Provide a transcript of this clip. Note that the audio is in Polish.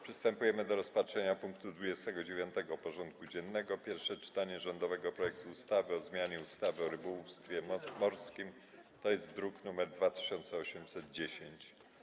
Przystępujemy do rozpatrzenia punktu 29. porządku dziennego: Pierwsze czytanie rządowego projektu ustawy o zmianie ustawy o rybołówstwie morskim (druk nr 2810)